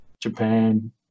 Japan